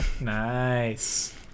Nice